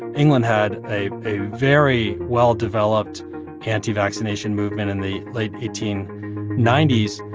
and england had a a very well-developed anti-vaccination movement in the late eighteen ninety s.